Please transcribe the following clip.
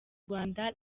rwanda